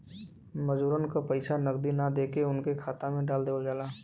मजूरन के पइसा नगदी ना देके उनके खाता में डाल देवल जाला